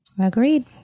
Agreed